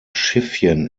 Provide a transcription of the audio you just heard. schiffchen